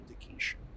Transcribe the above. indication